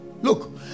Look